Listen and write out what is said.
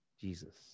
Jesus